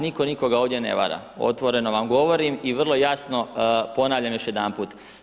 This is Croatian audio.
Niko nikog ovdje ne vara, otvoreno vam govorim i vrlo jasno ponavljam još jedanput.